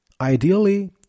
Ideally